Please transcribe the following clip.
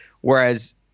Whereas